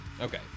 Okay